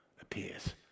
appears